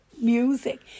music